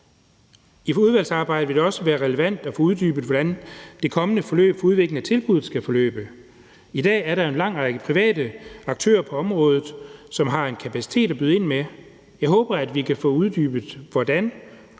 I udvalgsarbejdet vil det også være relevant at få uddybet, hvordan det kommende forløb for udvikling af tilbuddet skal forløbe. I dag er der jo en lang række private aktører på området, som har en kapacitet at byde ind med. Jeg håber, at vi kan få uddybet, hvordan